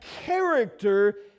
character